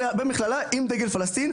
במכללה עם דגל פלסטין,